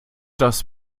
das